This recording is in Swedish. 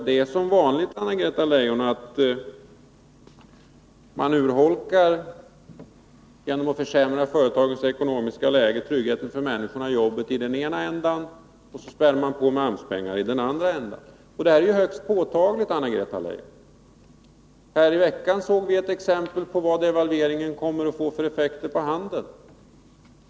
Det är som vanligt så, Anna-Greta Leijon, att man genom att försämra företagens ekonomiska läge urholkar tryggheten i jobbet för människorna i den ena ändan och spär på med AMS-pengar i den andra ändan. Detta är ju högst påtagligt, Anna-Greta Leijon. I veckan såg vi ett exempel på vilka effekter devalveringen kommer att få på handeln.